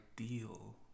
ideal